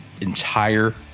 entire